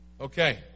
Okay